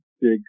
big